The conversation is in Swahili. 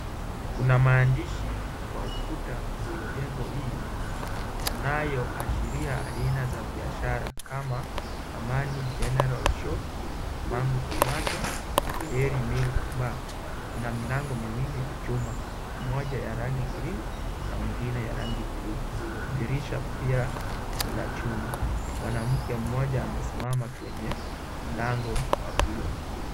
Kuna maandishi kwa ukuta wa jengo hii, yanayo ashiria aina za biashara kama amani general shop, mangu tomato, dairy milk bar. Kuna mlango miwili ya chuma, mmoja ya rangi cream na mwingine ya rangi bluu, dirisha pia ni la chuma, mwanamke mmoja amesimama kwenye mlango wa bluu.